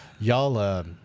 Y'all